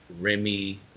Remy